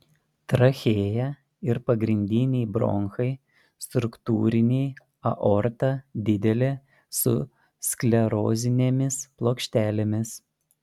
trachėja ir pagrindiniai bronchai struktūriniai aorta didelė su sklerozinėmis plokštelėmis